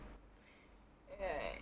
eh